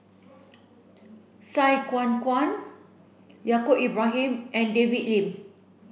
Sai Kuan Kuan Yaacob Ibrahim and David Lim